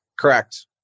Correct